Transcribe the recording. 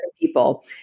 people